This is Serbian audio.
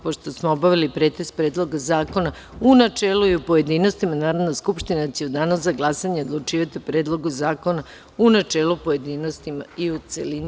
Pošto smo obavili pretres Predloga zakona u načelu i u pojedinostima, Narodna skupština će u danu za glasanje odlučivati o Predlogu zakona u načelu, pojedinostima i u celini.